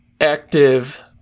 active